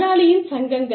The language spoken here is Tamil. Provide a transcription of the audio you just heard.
முதலாளியின் சங்கங்கள்